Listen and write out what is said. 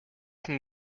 can